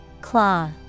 Claw